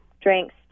drinks